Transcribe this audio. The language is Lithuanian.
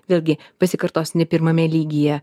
vėlgi pasikartosiu ne pirmame lygyje